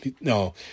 no